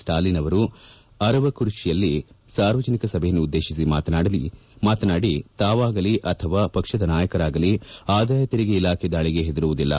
ಸ್ವಾಲಿನ್ ಅವರು ಅರವಕುರುಚಿಯಲ್ಲಿ ಸಾರ್ವಜನಿಕ ಸಭೆಯನ್ನು ಉದ್ದೇಶಿಸಿ ಮಾತನಾಡಿ ತಾವಾಗಲಿ ಅಥವಾ ಪಕ್ಷದ ನಾಯಕರಾಗಲಿ ಆದಾಯ ತೆರಿಗೆ ಇಲಾಖೆ ದಾಳಿಗೆ ಹೆದರುವುದಿಲ್ಲ